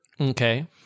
Okay